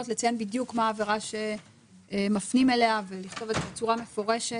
לציין בדיוק מה העבירה שמפנים אליה ולכתוב אותה בצורה מפורשת.